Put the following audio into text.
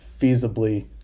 feasibly